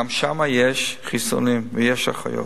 גם שם יש חיסונים ויש אחיות.